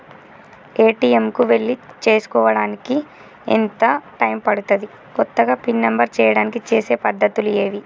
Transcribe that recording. ATM కు వెళ్లి చేసుకోవడానికి ఎంత టైం పడుతది? కొత్తగా పిన్ నంబర్ చేయడానికి చేసే పద్ధతులు ఏవి?